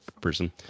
person